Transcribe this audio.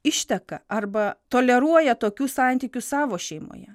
išteka arba toleruoja tokius santykius savo šeimoje